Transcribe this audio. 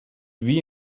wie